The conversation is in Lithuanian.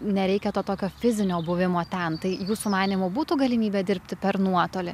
nereikia to tokio fizinio buvimo ten tai jūsų manymu būtų galimybė dirbti per nuotolį